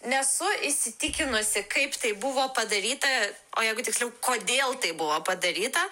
nesu įsitikinusi kaip tai buvo padaryta o jeigu tiksliau kodėl tai buvo padaryta